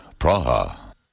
Praha